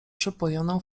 przepojoną